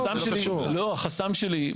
החסם שלי,